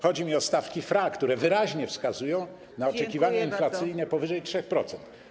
Chodzi mi o stawki FRA, które wyraźnie wskazują na oczekiwanie inflacyjne powyżej 3%.